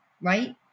right